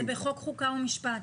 זה בחוק חוקה ומשפט.